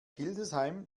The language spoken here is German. hildesheim